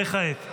וכעת אנחנו